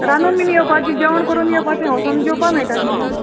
रांदून बीन येवपाचें जेवण करून येवपाचें वोचोन जेवपा मेळटा आशिल्लें